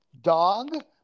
dog